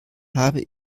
habe